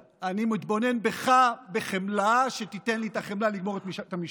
פרידמן, לשעבר שר המשפטים.